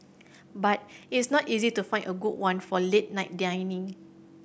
but its not easy to find a good one for late night dining